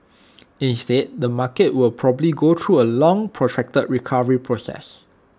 instead the market will probably go through A long protracted recovery process